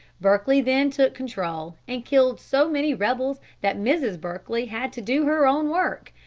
berkeley then took control, and killed so many rebels that mrs. berkeley had to do her own work,